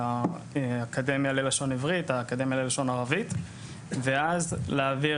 אם זה האקדמיה ללשון עברית או האקדמיה ללשון ערבית ואז להעביר